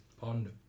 pond